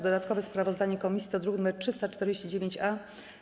Dodatkowe sprawozdanie komisji to druk nr 349-A.